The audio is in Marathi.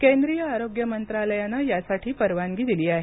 केंद्रीय आरोग्य मंत्रालयानं या लसीकरणाला परवानगी दिली आहे